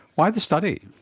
why the study?